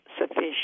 sufficient